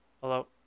Hello